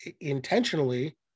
intentionally